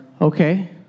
okay